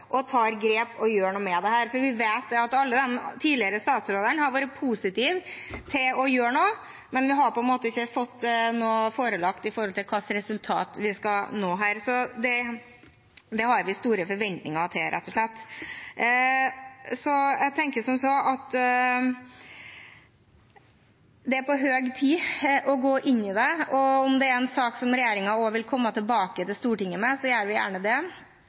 tar grep og gjør noe med dette. Vi vet at alle de tidligere statsrådene har vært positive til å gjøre noe, men vi har på en måte ikke vært forelagt noe med tanke på hvilket resultat vi skal nå her. Så det har vi store forventninger til, rett og slett. Jeg tenker at det er på høy tid å gå inn i det. Om det er en sak som regjeringen også vil komme tilbake til Stortinget med, blir vi gjerne